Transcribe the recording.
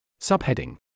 Subheading